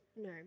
No